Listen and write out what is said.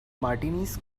martinis